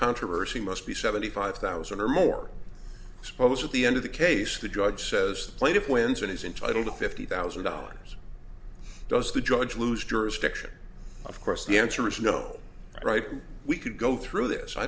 controversy must be seventy five thousand or more exposed at the end of the case the judge says the plaintiff wins and he's entitled to fifty thousand dollars does the judge lose jurisdiction of course the answer is no right we could go through this i